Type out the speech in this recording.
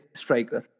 striker